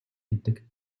гэдэг